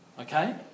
Okay